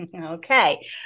Okay